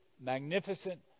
Magnificent